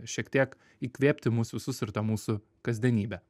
šiek tiek įkvėpti mus visus ir tą mūsų kasdienybę